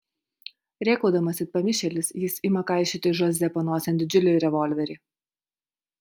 rėkaudamas it pamišėlis jis ima kaišioti žoze panosėn didžiulį revolverį